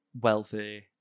wealthy